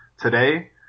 today